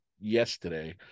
yesterday